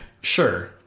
sure